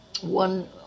one